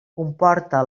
comporta